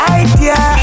idea